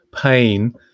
pain